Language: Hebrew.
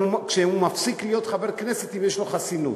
אם כשהוא מפסיק להיות חבר כנסת יש לו חסינות.